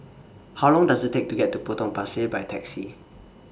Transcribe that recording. How Long Does IT Take to get to Potong Pasir By Taxi